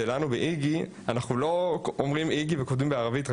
ב-׳איגי׳ אנחנו לא רק אומרים ׳איגי׳ וכותבים ׳איגי׳ בערבית.